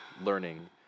learning